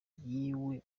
yiwe